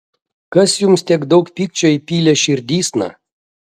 kas jums tiek daug pykčio įpylė širdysna